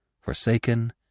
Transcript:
forsaken